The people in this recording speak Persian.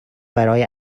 برای